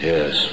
Yes